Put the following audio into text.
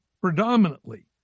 predominantly